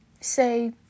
say